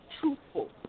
truthful